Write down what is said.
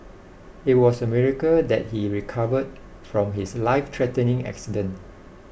it was a miracle that he recovered from his life threatening accident